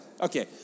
okay